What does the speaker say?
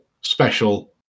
special